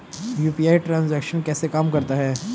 UPI transaction कैसे काम करता है?